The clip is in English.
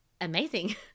amazing